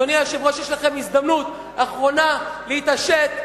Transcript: אדוני היושב-ראש, יש לכם הזדמנות אחרונה להתעשת.